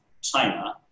China